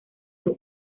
sus